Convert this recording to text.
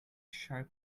sharp